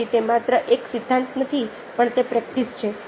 તેથી તે માત્ર એક સિદ્ધાંત નથી પણ તે પ્રેક્ટિસ છે